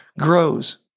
grows